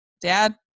dad